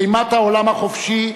אימת העולם החופשי,